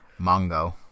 Mongo